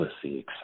pussy